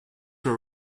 were